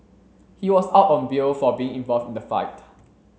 he was out on bail for being involved in the fight